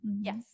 yes